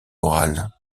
orales